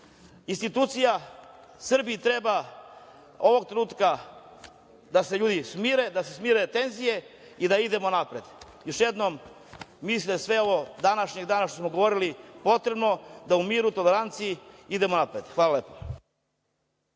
institucija, Srbiji treba ovog trenutka da se ljudi smire, da se smire tenzije i da idemo napred. Još jednom, mislim da je sve ovo što smo danas govorili potrebno, da u miru i toleranciji idemo napred. Hvala lepo.